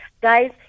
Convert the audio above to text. guys